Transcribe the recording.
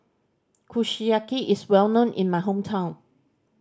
kushiyaki is well known in my hometown